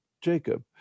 Jacob